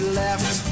left